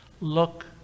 look